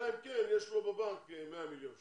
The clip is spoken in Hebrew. אלא אם כן יש לו בבנק 100 מיליון שקל.